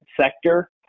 sector